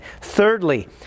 Thirdly